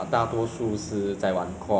是 ah cannot catch up 的